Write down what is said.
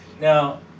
Now